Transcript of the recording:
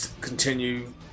continue